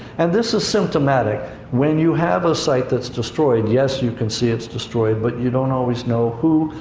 and this is symptomatic. when you have a site that's destroyed, yes, you can see it's destroyed, but you don't always know who,